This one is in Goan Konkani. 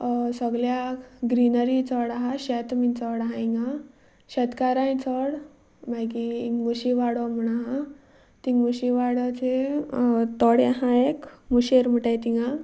सगल्याक ग्रिनरी चड आसा शेत बी चड आसात हांगा शेतकारांय चड मागीर म्हशी वाडो म्हूण आसा थंय मुशी वाड्याचेर तळे आसा एक मुशेर म्हणटात थंय